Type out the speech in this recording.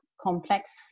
complex